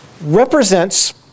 represents